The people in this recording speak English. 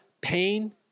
pain